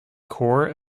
core